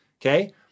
okay